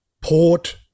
Port